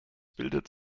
bildet